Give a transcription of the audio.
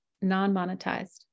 non-monetized